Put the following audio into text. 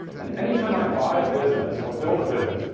and, any time i buy a business or build a business,